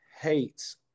hates